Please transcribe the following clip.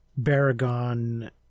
baragon